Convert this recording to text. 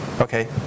Okay